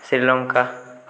Sri Lanka